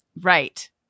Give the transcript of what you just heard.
Right